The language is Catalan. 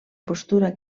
postura